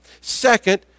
Second